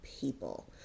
people